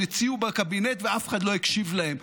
הציעו בקבינט ואף אחד לא הקשיב להם.